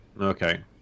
Okay